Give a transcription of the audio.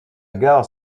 gare